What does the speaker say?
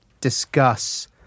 discuss